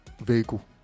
vehicle